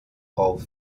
auf